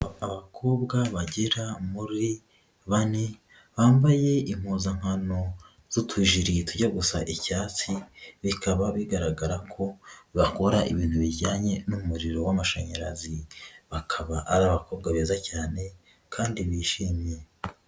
Abakobwa bagera muri bane bambaye impuzankano z'utujiri tujya gusa icyatsi, bikaba bigaragara ko bakora ibintu bijyanye n'umuriro w'amashanyarazi, bakaba ari abakobwa beza cyane kandi bishimye.